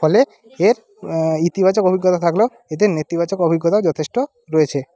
ফলে এর ইতিবাচক অভিজ্ঞতা থাকলেও এতে নেতিবাচক অভিজ্ঞতাও যথেষ্ট রয়েছে